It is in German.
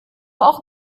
auch